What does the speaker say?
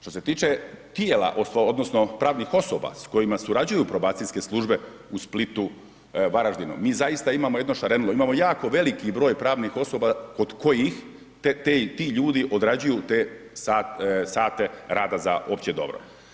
Što se tiče tijela odnosno pravnih osoba s kojima surađuju probacijske službe u Splitu, Varaždinu, mi zaista imamo jedno šarenilo, imamo jako veliki broj pravnih osoba kod kojih ti ljudi odrađuju te sate rada za opće dobro.